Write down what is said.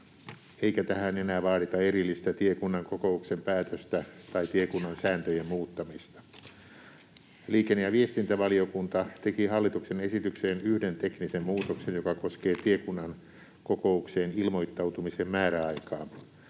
eikä tähän enää vaadita erillistä tiekunnan kokouksen päätöstä tai tiekunnan sääntöjen muuttamista. Liikenne- ja viestintävaliokunta teki hallituksen esitykseen yhden teknisen muutoksen, joka koskee tiekunnan kokoukseen ilmoittautumisen määräaikaa.